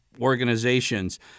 organizations